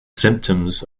symptoms